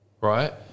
Right